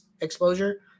exposure